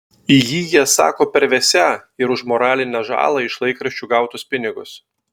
į jį jie sako pervesią ir už moralinę žalą iš laikraščių gautus pinigus